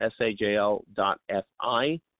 SAJL.FI